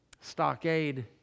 stockade